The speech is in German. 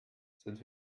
sind